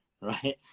right